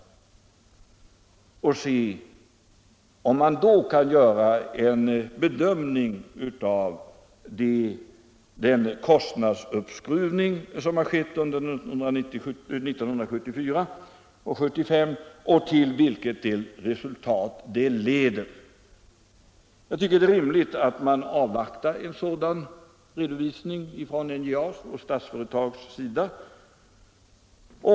Då kan man göra en bedömning av den kostnadsuppskruvning som har skett under 1974 och 1975 och till vilket resultat den leder. Jag tycker det är rimligt att avvakta en sådan redovisning från NJA:s och Statsföretags sida.